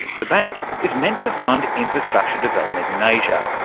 the bank is meant to fund infrastructure development in asia,